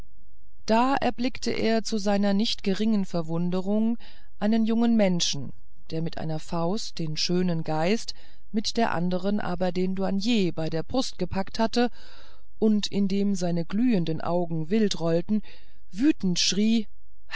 da erblickte er zu seiner nicht geringen verwunderung einen jungen menschen der mit einer faust den schönen geist mit der andern aber den douanier bei der brust gepackt hatte und indem seine glühenden augen wild rollten wütend schrie